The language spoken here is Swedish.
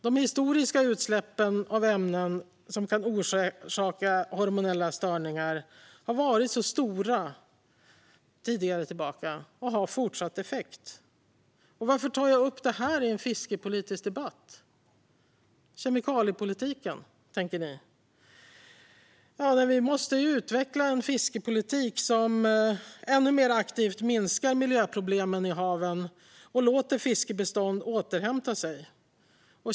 De historiska utsläppen av ämnen som kan orsaka hormonella störningar har varit stora och har fortsatt effekt. Varför tar jag upp detta, kemikaliepolitiken, i en fiskepolitisk debatt, tänker ni. Vi måste utveckla en fiskepolitik som ännu mer aktivt minskar miljöproblemen i haven och låter fiskbestånd återhämta sig.